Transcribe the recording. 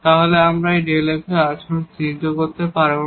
তাহলে আমরা এই Δ f এর আচরণ চিহ্নিত করতে পারব না